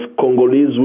Congolese